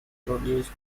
produced